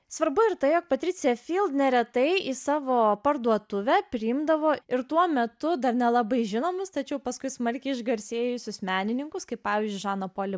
svarbu ir tai jog patricija neretai į savo parduotuvę priimdavo ir tuo metu dar nelabai žinomi tačiau paskui smarkiai išgarsėjusius menininkus kaip pavyzdžiui žano poli